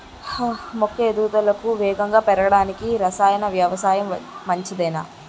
మొక్క ఎదుగుదలకు వేగంగా పెరగడానికి, రసాయన వ్యవసాయం మంచిదేనా?